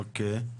אוקי.